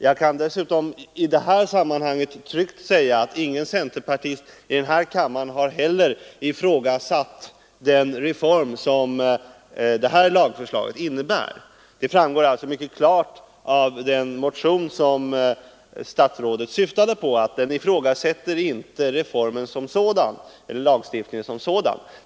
Jag kan dessutom i detta sammanhang tryggt säga att ingen centerpartist i den här kammaren har ifrågasatt den reform som detta lagförslag innebär. Det framgår mycket klart av den motion som statsrådet syftade på. Denna motion ifrågasätter inte lagstiftningen som sådan.